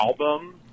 album